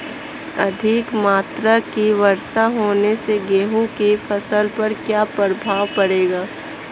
अधिक मात्रा की वर्षा होने से गेहूँ की फसल पर क्या प्रभाव पड़ेगा?